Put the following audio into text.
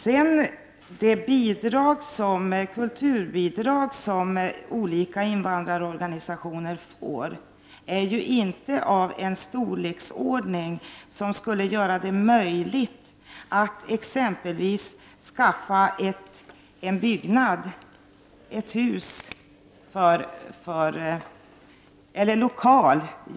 De kulturbidrag som utgår till olika invandrarorganisationer är ju inte av en storleksordning som skulle göra det möjligt att t.ex skaffa en för ändamålet lämplig lokal.